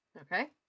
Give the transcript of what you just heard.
Okay